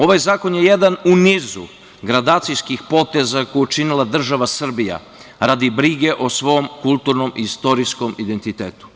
Ovaj zakon je jedan u nizu gradacijskih poteza koje je učinila država Srbija, a radi brige o svom kulturnom i istorijskom identitetu.